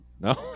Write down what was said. No